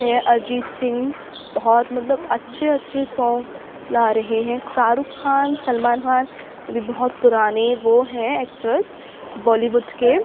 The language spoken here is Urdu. ہیں اریجیت سنگھ بہت مطلب اچھے اچھے سانگ لا رہے ہیں شاہ رخ خان سلمان خان یہ بھی بہت پرانے وہ ہیں ایکٹرس بالی ووڈ کے